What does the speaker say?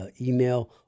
email